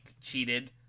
cheated